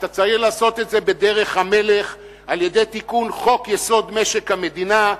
אתה צריך לעשות את זה בדרך המלך על-ידי תיקון חוק-יסוד: משק המדינה,